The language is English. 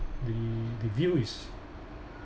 the the view is